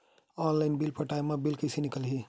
Online bill पटाय मा bill कइसे निकलही?